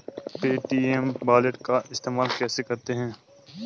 Paytm wallet का इस्तेमाल कैसे करते हैं?